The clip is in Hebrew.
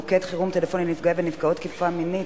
מוקד חירום טלפוני לנפגעי ולנפגעות תקיפה מינית),